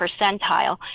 percentile